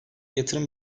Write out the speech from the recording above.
yatırım